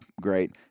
great